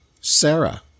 Sarah